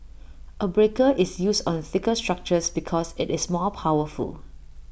A breaker is used on thicker structures because IT is more powerful